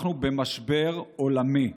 אנחנו במשבר עולמי,